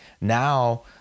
now